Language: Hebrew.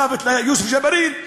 מוות ליוסף ג'בארין,